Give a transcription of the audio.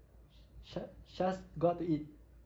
sy~ sya~ syaz go out to eat